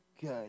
good